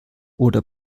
oder